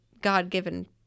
God-given